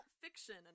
Fiction